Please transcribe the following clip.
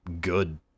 good